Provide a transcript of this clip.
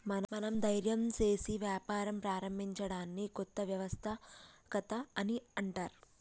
మనం ధైర్యం సేసి వ్యాపారం ప్రారంభించడాన్ని కొత్త వ్యవస్థాపకత అని అంటర్